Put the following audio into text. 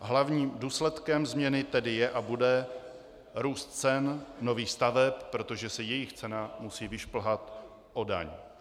Hlavním důsledkem změny tedy je a bude růst cen nových staveb, protože se jejich cena musí vyšplhat o daň.